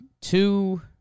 two